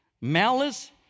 Malice